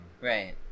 Right